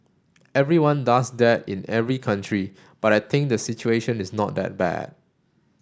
everyone does that in every country but I think the situation is not that bad